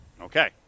Okay